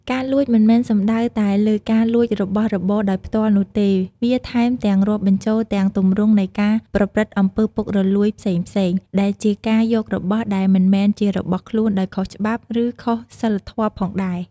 ការលួច មិនមែនសំដៅតែលើការលួចរបស់របរដោយផ្ទាល់នោះទេ វាថែមទាំងរាប់បញ្ចូលទាំងទម្រង់នៃការប្រព្រឹត្តអំពើពុករលួយផ្សេងៗ ដែលជាការយករបស់ដែលមិនមែនជារបស់ខ្លួនដោយខុសច្បាប់ ឬខុសសីលធម៌ផងដែរ។